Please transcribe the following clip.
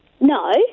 No